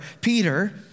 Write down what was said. Peter